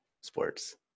Sports